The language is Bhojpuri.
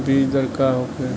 बीजदर का होखे?